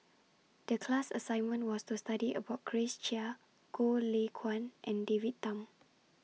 The class assignment was to study about Grace Chia Goh Lay Kuan and David Tham